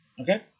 Okay